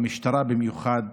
במשטרה במיוחד,